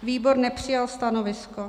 Výbor nepřijal stanovisko.